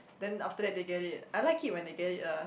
then after that they get it I like it when they get it lah